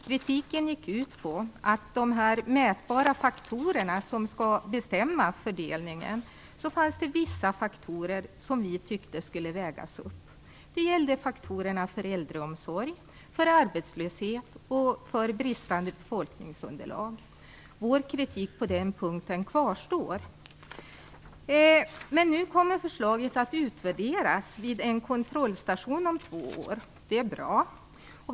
Kritiken gick ut på att det bland de mätbara faktorer som skall bestämma fördelningen fanns visa faktorer som vi tyckte skulle vägas upp. Det gällde faktorerna för äldreomsorg, arbetslöshet och bristande befolkningsunderlag. Vår kritik på den punkten kvarstår. Nu kommer förslaget att utvärderas vid en kontrollstation om två år. Det är bra.